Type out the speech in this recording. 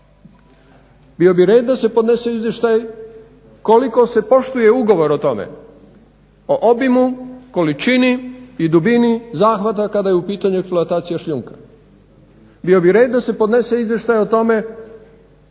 bio bi red da se podnese izvještaj koliko se poštuje ugovor o tome o obimu, o količini, o dubini zahvata kada je u pitanju eksploatacija šljunka, bio bi red da se podnese izvještaj o tome